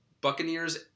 Buccaneers